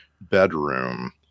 bedroom